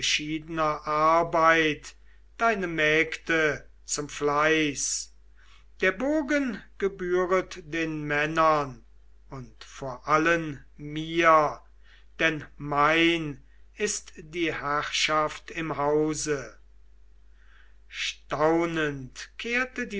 arbeit deine mägde zum fleiß der bogen gebühret den männern und vor allen mir denn mein ist die herrschaft im hause staunend